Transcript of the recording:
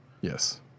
Yes